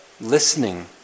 listening